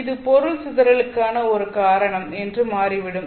இது பொருள் சிதறலுக்கான ஒரு காரணம் என்று மாறிவிடும்